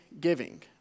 giving